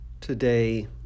today